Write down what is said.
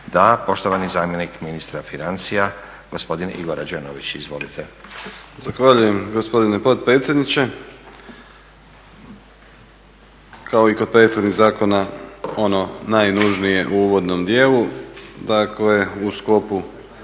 Da. Poštovani zamjenik ministra financija gospodin Igor Rađenović. Izvolite.